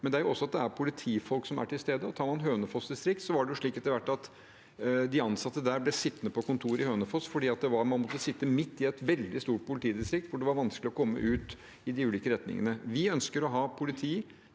men det er jo også at det er politifolk som er til stede. Tar man Hønefoss distrikt, var det jo slik etter hvert at de ansatte der ble sittende på kontoret i Hønefoss fordi man fikk sitte midt i et veldig stort politidistrikt, hvor det var vanskelig å komme ut i de ulike retningene. Vi ønsker å ha politi